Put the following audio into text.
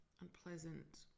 unpleasant